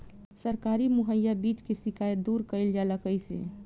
सरकारी मुहैया बीज के शिकायत दूर कईल जाला कईसे?